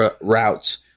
routes